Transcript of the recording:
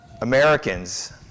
Americans